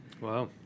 Wow